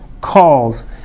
Calls